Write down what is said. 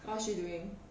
oh what she doing